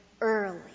early